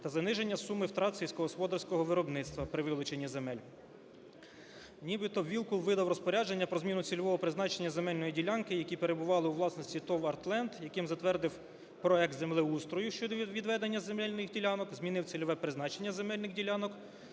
та заниження суми втрат сільськогосподарського виробництва при вилученні земель. Нібито Вілкул видав розпорядження про зміну цільового призначення земельної ділянки, які перебували у власності ТОВ "АРТ ЛЕНД", яким затвердив проект землеустрою щодо відведення земельних ділянок, змінив цільове призначення земельних ділянок